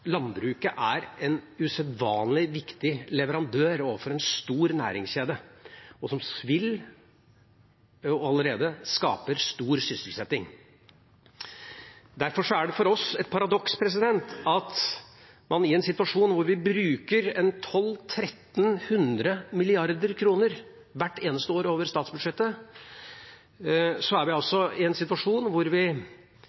landbruket er en usedvanlig viktig leverandør overfor en stor næringskjede, som vil skape og allerede skaper stor sysselsetting. Derfor er det for oss et paradoks at i en situasjon hvor vi bruker 1 200 mrd. kr–1 300 mrd. kr hvert eneste år over statsbudsjettet, er vi